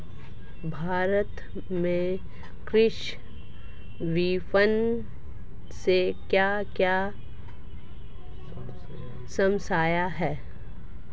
भारत में कृषि विपणन से क्या क्या समस्या हैं?